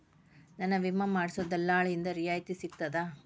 ನನ್ನ ವಿಮಾ ಮಾಡಿಸೊ ದಲ್ಲಾಳಿಂದ ರಿಯಾಯಿತಿ ಸಿಗ್ತದಾ?